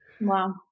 Wow